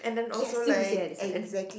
kiasu sia this one